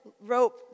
rope